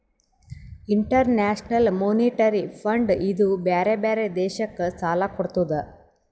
international monetary fund ಇದೂ ಬ್ಯಾರೆ ಬ್ಯಾರೆ ದೇಶಕ್ ಸಾಲಾ ಕೊಡ್ತುದ್